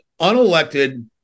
unelected